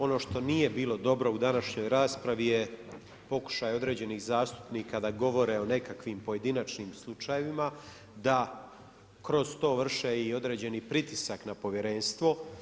Ono što nije bilo dobro u današnjoj raspravi je pokušaj određenih zastupnika da govore o nekakvim pojedinačnim slučajevima, da kroz to vrše i određeni pritisak na povjerenstvo.